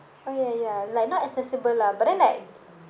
oh ya ya like not accessible lah but then like